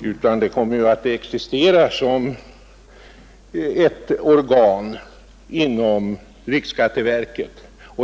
utan den kommer att existera som ett organ inom riksskatte verket.